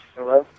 Hello